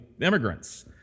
immigrants